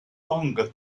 longer